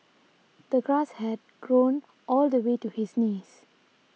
the grass had grown all the way to his knees